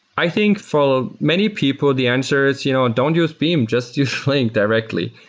i think for many people, the answer is, you know don't use beam. just use flink directly.